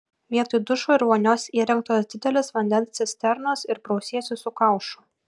vietoj dušo ir vonios įrengtos didelės vandens cisternos ir prausiesi su kaušu